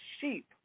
sheep